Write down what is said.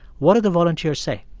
what do the volunteers say?